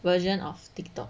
version of tik tok